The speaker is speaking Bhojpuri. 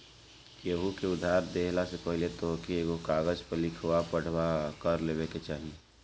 केहू के उधार देहला से पहिले तोहके एगो कागज पअ लिखा पढ़ी कअ लेवे के चाही